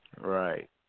Right